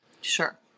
Sure